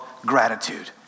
gratitude